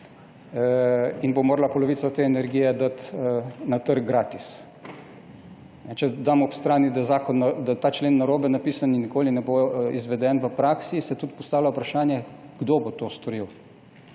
in bo morala polovico te energije dati na trg gratis. Če damo na stran, da je ta člen narobe napisan in nikoli ne bo izveden v praksi, se tudi postavlja vprašanje, kdo bo to storil.